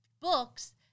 books